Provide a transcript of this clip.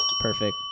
perfect